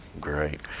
great